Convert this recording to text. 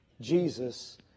Jesus